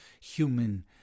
human